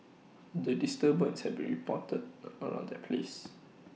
the disturbance had be reported around that place